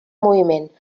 moviment